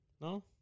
No